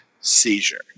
seizure